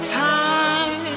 time